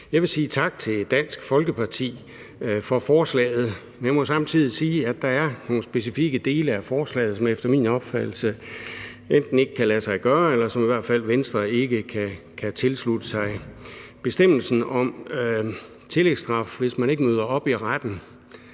Jeg vil sige tak til Dansk Folkeparti for forslaget, men må samtidig sige, at der er nogle specifikke dele af forslaget, som enten efter min opfattelse ikke kan lade sig gøre, eller som Venstre i hvert fald ikke kan tilslutte sig. Bestemmelsen om tillægsstraf, hvis man ikke møder op i retten,